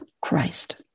Christ